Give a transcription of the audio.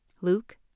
Luke